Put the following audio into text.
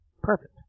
perfect